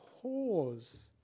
pause